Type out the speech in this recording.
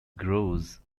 grows